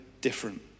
different